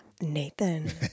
Nathan